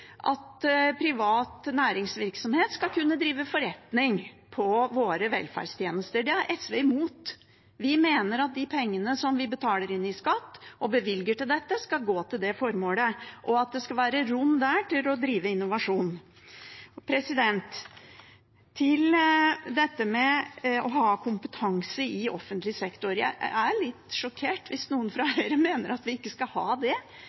at privat næringsvirksomhet skal kunne drive forretning på våre velferdstjenester. Det er SV imot. Vi mener at de pengene som vi betaler inn i skatt og bevilger til dette, skal gå til det formålet, og at det skal være rom der for å drive innovasjon. Så til kompetanse i offentlig sektor. Jeg er litt sjokkert hvis noen fra Høyre mener at vi ikke skal ha det.